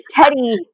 Teddy